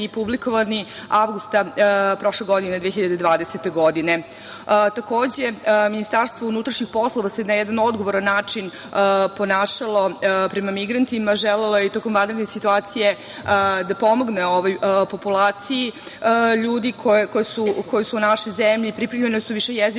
i publikovani avgusta prošle godine, 2020. godine. Takođe, Ministarstvo unutrašnjih poslova se na jedan odgovoran način ponašao prema migrantima. Tokom vanredne situacije MUP je želeo da pomogne ovoj populaciji, ljudi koji su u našoj zemlji, pripremljene su višejezične